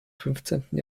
fünfzehnten